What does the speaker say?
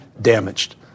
damaged